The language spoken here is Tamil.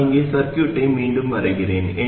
நான் இங்கே சர்கியூட்டை மீண்டும் வரைகிறேன்